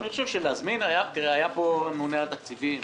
היה פה הממונה על התקציבים,